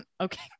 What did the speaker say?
Okay